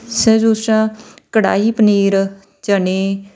sir ਦੂਸਰਾ ਕੜਾਹੀ ਪਨੀਰ ਚਨੇ